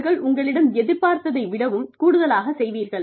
அவர்கள் உங்களிடம் எதிர்பார்ப்பதை விடவும் கூடுதலாகச் செய்வீர்கள்